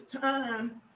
time